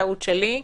טעות שלי.